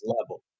level